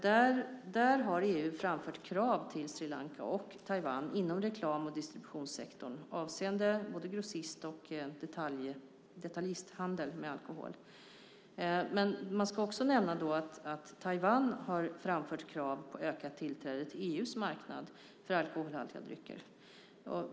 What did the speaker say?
Där har EU framfört krav till Sri Lanka och Taiwan inom reklam och distributionssektorn avseende både grossist och detaljisthandel med alkohol. Men man ska också nämna att Taiwan har framfört krav på ökat tillträde till EU:s marknad för alkoholhaltiga drycker.